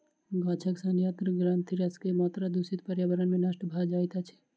गाछक सयंत्र ग्रंथिरस के मात्रा दूषित पर्यावरण में नष्ट भ जाइत अछि